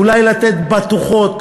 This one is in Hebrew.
אולי לתת בטוחות,